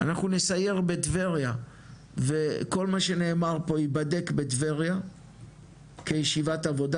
אנחנו נסייר בטבריה וכל מה שנאמר פה ייבדק בטבריה כישיבת עבודה.